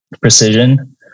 precision